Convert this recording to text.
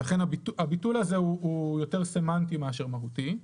ולכן הביטול הזה הוא יותר סמנטי מאשר מהותי.